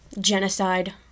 genocide